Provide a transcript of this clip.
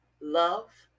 love